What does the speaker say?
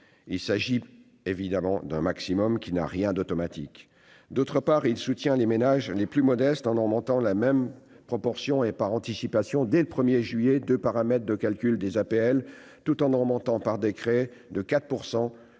il s'agit évidemment d'un maximum, qui n'a rien d'automatique. Il soutient en outre les ménages les plus modestes en augmentant dans la même proportion et par anticipation dès le 1 juillet deux paramètres de calcul des APL, tout en relevant par décret de 4